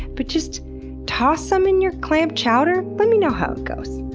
but just toss some in your clam chowder, let me know how it goes.